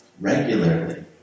regularly